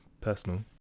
personal